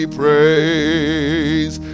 praise